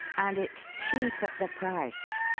and it's cheap at the price.